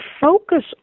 focus